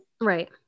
Right